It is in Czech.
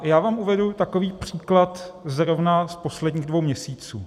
Já vám uvedu takový příklad zrovna z posledních dvou měsíců.